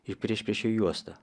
į priešpriešę juostą